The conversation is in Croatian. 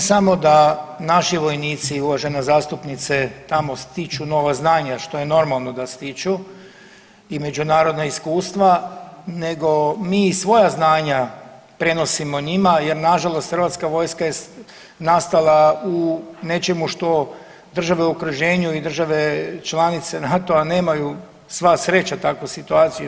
Ne samo da naši vojnici uvažena zastupnice tamo stiću nova znanja što je normalno da stiću i međunarodna iskustva, nego mi i svoja znanja prenosimo njima jer nažalost hrvatska vojska je nastala u nečemu što države u okruženju i države članice NATO-a nemaju sva sreća takvu situaciju.